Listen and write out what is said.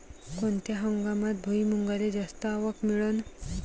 कोनत्या हंगामात भुईमुंगाले जास्त आवक मिळन?